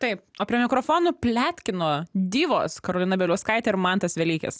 taip o prie mikrofonų pletkino divos karolina bieliauskaitė ir mantas velykis